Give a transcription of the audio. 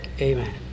amen